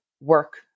work